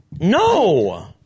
No